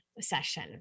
session